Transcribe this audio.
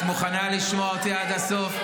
את מוכנה לשמוע אותי עד הסוף?